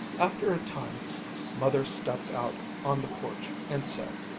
after a time mother stepped out on the porch and said,